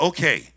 Okay